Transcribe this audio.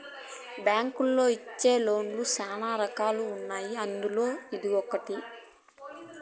బ్యాంకులోళ్ళు ఇచ్చే లోన్ లు శ్యానా రకాలు ఉన్నాయి అందులో ఇదొకటి